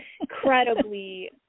incredibly